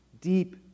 Deep